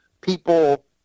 People